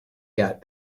got